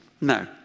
no